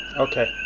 okay.